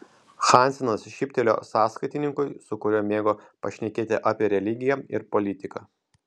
hansenas šyptelėjo sąskaitininkui su kuriuo mėgo pašnekėti apie religiją ir politiką